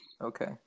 Okay